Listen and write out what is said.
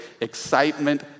excitement